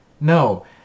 No